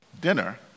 dinner